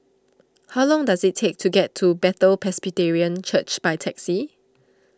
how long does it take to get to Bethel Presbyterian Church by taxi